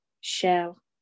shell